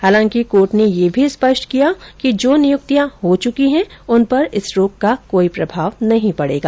हालांकि कोर्ट ने यह स्पष्ट कर दिया कि जो नियुक्तियां हो चुकी हैं उन पर इस रोक का कोई प्रभाव नहीं पड़ेगा